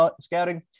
Scouting